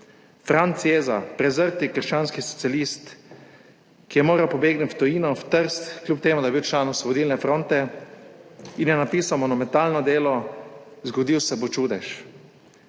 Franc Jeza, prezrti krščanski socialist, ki je moral pobegniti v tujino, v Trst, kljub temu da je bil član Osvobodilne fronte in je napisal monumentalno delo Zgodil se bo čudež,